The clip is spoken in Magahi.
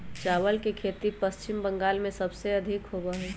चावल के खेती पश्चिम बंगाल में सबसे अधिक होबा हई